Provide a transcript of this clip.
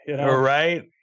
Right